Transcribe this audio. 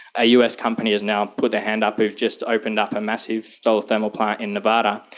a us company has now put their hand up, who've just opened up a massive solar thermal plant in nevada,